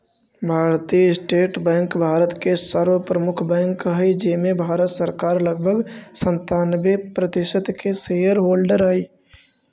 भारतीय state bank Bharat के सर्व प्रमुख बैंक हइ जेमें भारत सरकार लगभग सन्तानबे प्रतिशत के शेयर होल्डर हइ